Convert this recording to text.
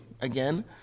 again